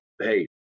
hey